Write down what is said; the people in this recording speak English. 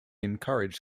encouraged